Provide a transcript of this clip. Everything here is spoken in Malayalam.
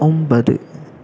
ഒമ്പത്